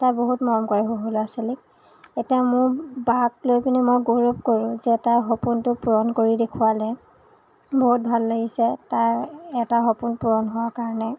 তাই বহুত মৰম কৰে সৰু সৰু ল'ৰা ছোৱালীক এতিয়া মোৰ বাক লৈ পেনি মই গৌৰৱ কৰোঁ যে তই সপোনটো পূৰণ কৰি দেখুৱালে বহুত ভাল লাগিছে তাইৰ এটা সপোন পূৰণ হোৱাৰ কাৰণে